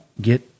get